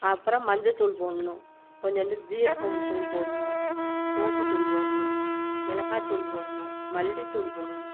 அப்புறம் மஞ்சத்தூள் போடணும் கொஞ்சோண்டு சீரகம் தூள் போடணும் சோம்புத் தூள் போடணும் மிளகாத்தூள் போடணும் மல்லித்தூள் போடணும்